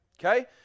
okay